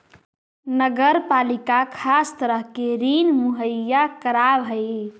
नगर पालिका खास तरह के ऋण मुहैया करावऽ हई